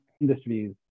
industries